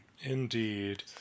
Indeed